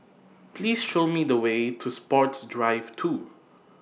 Please Show Me The Way to Sports Drive two